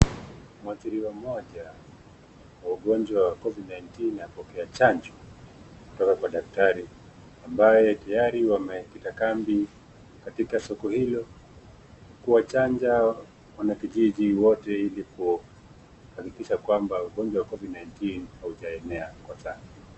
Mwathiriwa mmoja wa ugonjwa wa covid-19 apokea chanjo kutoka kwa daktari ambaye tayari wamekita kambi katika soko hilo kuwachanja wanakijiji wote ili kuhakikisha kwamba ugonjwa wa covid-19 haujaenea kwa sana.